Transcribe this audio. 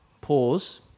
Pause